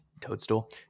toadstool